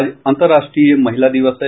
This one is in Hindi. आज अंतर्राष्ट्रीय महिला दिवस है